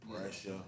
Pressure